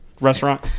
restaurant